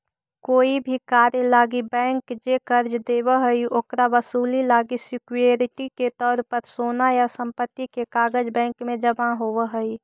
कोई भी कार्य लागी बैंक जे कर्ज देव हइ, ओकर वसूली लागी सिक्योरिटी के तौर पर सोना या संपत्ति के कागज़ बैंक में जमा होव हइ